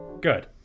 good